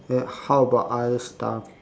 like how about other stuff